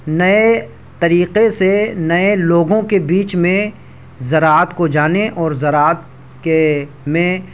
نئے طریقے سے نئے لوگوں کے بیچ میں زراعت کو جانیں اور زراعت کے میں